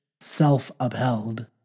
self-upheld